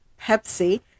Pepsi